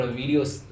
videos